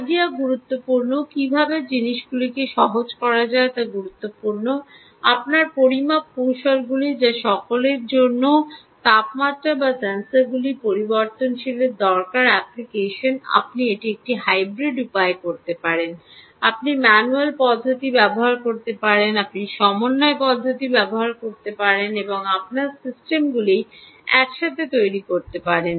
idea গুরুত্বপূর্ণ কীভাবে জিনিসগুলিকে সহজ করা যায় তা গুরুত্বপূর্ণ আপনার পরিমাপ কৌশলগুলি বা সকলের জন্য তাপমাত্রা বা সেন্সরগুলির পরিশীলনের দরকার নেই অ্যাপ্লিকেশন আপনি এটি একটি হাইব্রিড উপায়ে করতে পারেন আপনি ম্যানুয়াল পদ্ধতি ব্যবহার করতে পারেন আপনি সমন্বয় পদ্ধতি ব্যবহার করতে পারেন এবং আপনার সিস্টেমগুলি একসাথে তৈরি করতে পারেন